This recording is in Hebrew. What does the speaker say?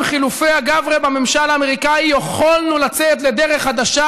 עם חילופי הגברי בממשל האמריקאי יכולנו לצאת לדרך חדשה,